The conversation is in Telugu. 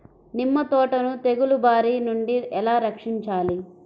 నిమ్మ తోటను తెగులు బారి నుండి ఎలా రక్షించాలి?